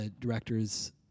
directors